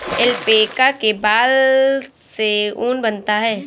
alpaca के बाल से ऊन बनता है